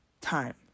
time